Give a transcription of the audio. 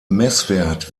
messwert